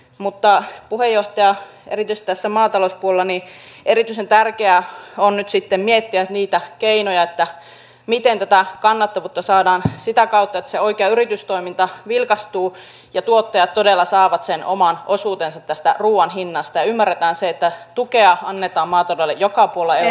mutta puheenjohtaja erityisesti maatalouspuolella erityisen tärkeää on nyt sitten miettiä niitä keinoja miten kannattavuutta saadaan sitä kautta että se oikea yritystoiminta vilkastuu ja tuottajat todella saavat sen oman osuutensa tästä ruuan hinnasta ja ymmärretään se että tukea annetaan maataloudelle joka puolella eurooppaa ei pelkästään